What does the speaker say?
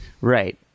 Right